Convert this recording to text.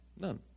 None